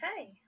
Okay